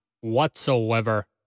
whatsoever